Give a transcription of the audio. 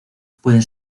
pueden